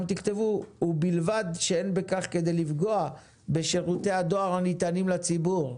גם תכתבו: "ובלבד שאין בכך כדי לפגוע בשירותי הדואר הניתנים לציבור",